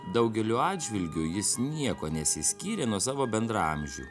daugeliu atžvilgių jis niekuo nesiskyrė nuo savo bendraamžių